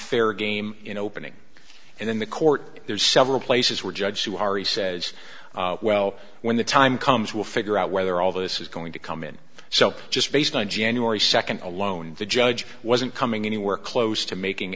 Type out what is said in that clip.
fair game in opening and then the court there's several places where judges who are he says well when the time comes we'll figure out whether all this is going to come in so just based on january second alone the judge wasn't coming anywhere close to making